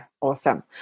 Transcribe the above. Awesome